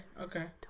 okay